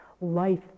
life